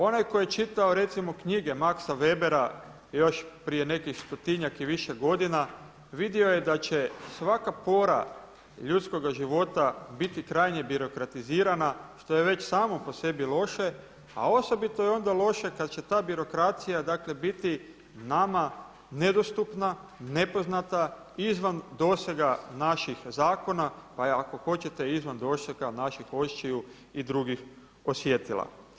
Onaj tko je čitao recimo knjige Maxa Webera još prije nekih stotinjak i više godina vidio je da će svaka pora ljudskoga života biti krajnje birokratizirana što je već samo po sebi loše, a osobito je onda loše kada će ta birokracija biti nama nedostupna, nepoznata, izvan dosega naših zakona pa ako hoćete i izvan dosega naših očiju i drugih osjetila.